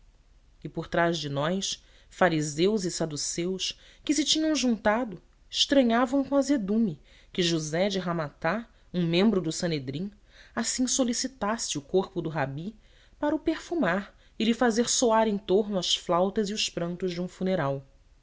e por trás de nós fariseus e saduceus que se tinham juntado estranhavam com azedume que josé de ramata um membro do sanedrim assim solicitasse o corpo do rabi para o perfumar e lhe fazer soar em tomo as flautas e os prantos de um funeral